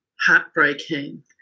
heartbreaking